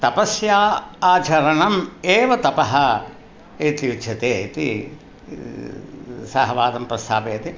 तपस्य आचरणम् एव तपः इति उच्यते इति सः वादं प्रस्थापयति